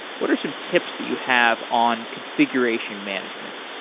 what are some tips that you have on configuration management?